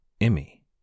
Emmy